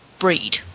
breed